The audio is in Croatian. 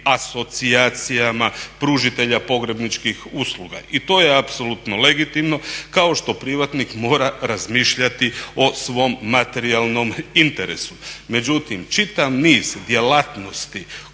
asocijacijama pružitelja pogrebničkih usluga. I to je apsolutno legitimno kao što privatnik mora razmišljati o svom materijalnom interesu. Međutim, čitav niz djelatnosti